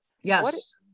Yes